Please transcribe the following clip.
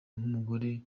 nk’umugore